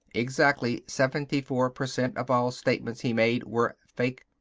exactly seventy-four per cent of all statements he made were fake.